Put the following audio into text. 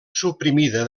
suprimida